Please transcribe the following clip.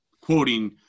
quoting